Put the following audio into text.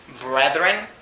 brethren